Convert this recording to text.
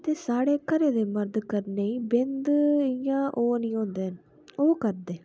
ते स्हाड़े घरै दे मर्द करने गी बिंद इयां ओह् नी होंदे न ओह् करदे